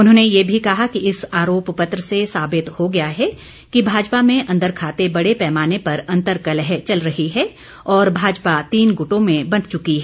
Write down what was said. उन्होंने ये भी कहा कि इस आरोप पत्र से साबित हो गया है कि भाजपा में अंदरखाते बड़े पैमाने पर अंतर्कलह चल रही है और भाजपा तीन गुटों में बंट चुकी है